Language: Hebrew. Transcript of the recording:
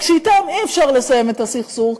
רק שאתם אי-אפשר לסיים את הסכסוך,